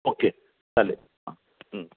okay चालेल हां